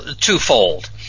twofold